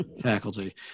faculty